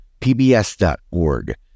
pbs.org